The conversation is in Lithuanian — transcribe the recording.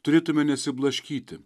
turėtume nesiblaškyti